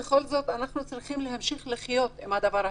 אנחנו צריכים להמשיך לחיות עם הדבר הזה.